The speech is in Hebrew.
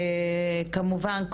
כמובן,